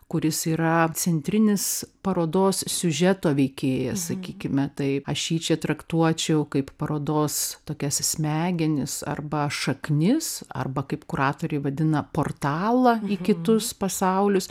kuris yra centrinis parodos siužeto veikėjas sakykime taip aš jį čia traktuočiau kaip parodos tokias smegenis arba šaknis arba kaip kuratoriai vadina portalą į kitus pasaulius